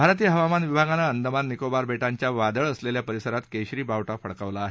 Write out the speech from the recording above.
भारतीय हवामान विभागानं अंदमान निकोबार बेठिया वादळ असलेल्या परिसरात केशरी बावठी फडकावला आहे